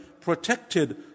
protected